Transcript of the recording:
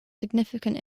significant